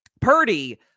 Purdy